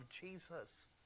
Jesus